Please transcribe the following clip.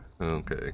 Okay